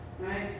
right